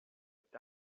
what